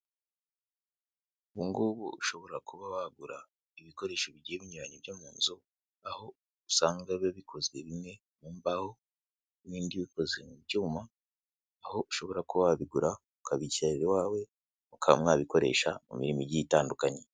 Ubu ngubu ushobora kuba wagura ibikoresho bigiye binyuranye byo mu nzu, aho usanga biba bikozwe bimwe mu mbaho, ibindi bikozwe mu byuma, aho ushobora kuba wabigura ukabishyira iwawe, ukaba wabikoresha mu mijyi itandukanye.